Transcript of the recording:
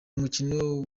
umukino